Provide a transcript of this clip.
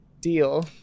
deal